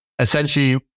Essentially